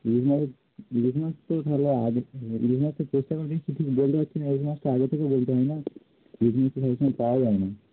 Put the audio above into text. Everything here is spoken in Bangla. ইলিশ মাছের ইলিশ মাছ তো তাহলে ইলিশ মাছটা চেষ্টা করে দেখছি ঠিক বলতে পারছি না ইলিশ মাছটা আগে থেকে বলতে হয় না সব সময় পাওয়া যায় না